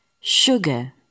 Sugar